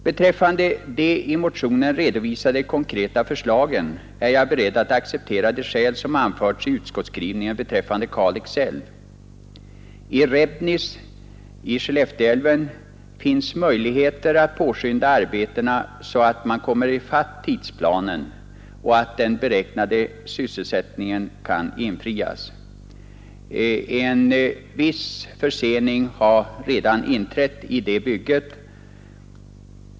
I fråga om de i motionen redovisade konkreta förslagen är jag beredd att acceptera de skäl som anförs i utskottets skrivning beträffande Kalix älv. I Rebnis i Skellefte älv finns möjligheter att påskynda arbetena så att man kommer ifatt tidsplanen och den beräknade sysselsättningsgraden kan förverkligas. En viss försening har redan inträtt i det bygget.